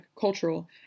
cultural